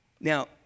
Now